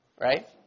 right